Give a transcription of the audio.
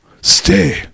stay